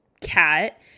cat